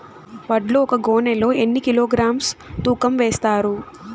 వడ్లు ఒక గోనె లో ఎన్ని కిలోగ్రామ్స్ తూకం వేస్తారు?